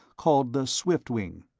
called the swiftwing,